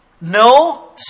no